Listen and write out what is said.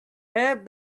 have